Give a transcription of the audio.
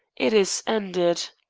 it is ended.